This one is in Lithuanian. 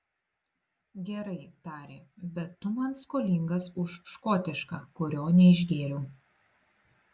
gerai tarė bet tu man skolingas už škotišką kurio neišgėriau